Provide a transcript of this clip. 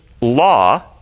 law